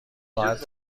خواهد